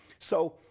so,